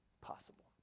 possible